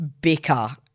bicker